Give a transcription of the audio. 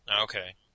Okay